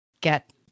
get